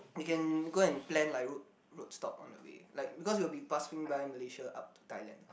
you can go and plan like road road stop on the way like because we will be passing by Malaysia up to Thailand